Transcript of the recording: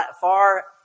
far